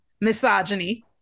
misogyny